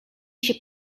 się